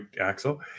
Axel